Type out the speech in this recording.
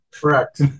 Correct